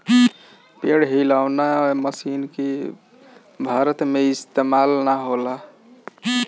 पेड़ हिलौना मशीन के भारत में इस्तेमाल ना होला